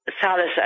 Salas